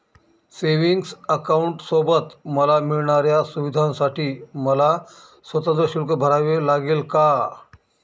Savings अकाउंटसोबत मला मिळणाऱ्या सुविधांसाठी मला स्वतंत्र शुल्क भरावे लागेल का?